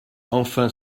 enfin